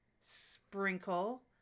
sprinkle